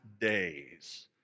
days